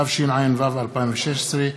התשע"ו 2016,